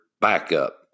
backup